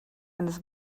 eines